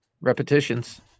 repetitions